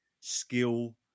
skill